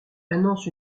annonce